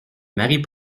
marie